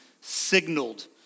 signaled